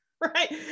right